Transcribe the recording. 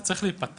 זה צריך להיפתח,